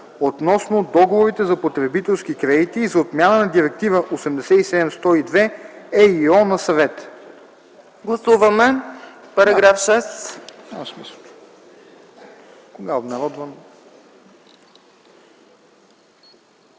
относно договорите за потребителски кредити и за отмяна на Директива 87/102/ЕИО на Съвета;”